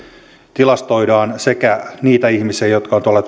tilastoidaan sekä niitä ihmisiä jotka ovat tuolla